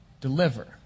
deliver